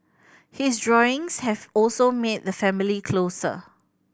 his drawings have also made the family closer